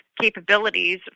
capabilities